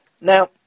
Now